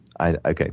okay